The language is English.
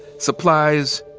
supplies?